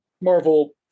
Marvel